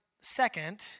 second